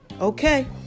Okay